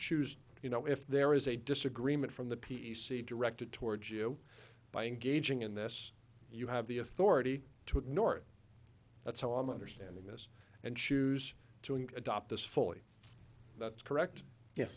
choose you know if there is a disagreement from the p c directed towards you by engaging in this you have the authority to ignore it that's how i'm understanding this and choose to adopt this fully that's correct ye